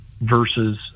versus